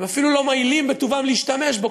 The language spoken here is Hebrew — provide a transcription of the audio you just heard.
הם אפילו לא מואילים בטובם להשתמש בו,